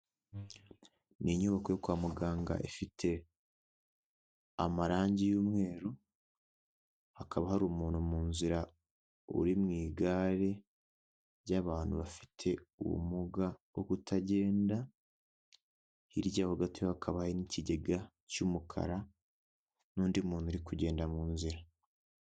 Ni inyubako yo kwa muganga ifite amarangi y'umweru hakaba hari umuntu mu nzira uri mu igare ry'abantu bafite ubumuga bwo kutagenda, hirya yaho gato hakaba hariyo n'ikigega cy'umukara n'undi muntu uri kugenda mu nzira.